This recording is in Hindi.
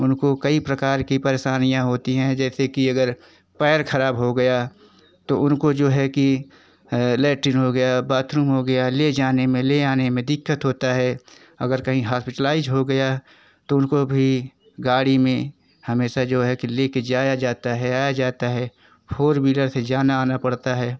उनको कई प्रकार की परेशानियाँ होती है जैसे कि अगर पैर खराब हो गया तो उनको जो है की लैट्रिन हो गया बाथरूम हो गया ले जाने में ले आने में दिक्कत होता है अगर कहीं हापीटलाइज हो गया तो उन को भी गाड़ी में हमेशा जो है कि लेकर जाया जाता है आया जाता है फोर व्हीलर से जाना आना पड़ता है